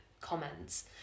comments